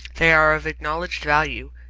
they are of acknowledged value,